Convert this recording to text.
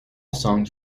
songs